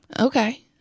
Okay